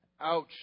ouch